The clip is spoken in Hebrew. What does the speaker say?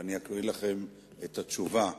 ואני אקרא לכם את התשובה.